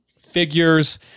figures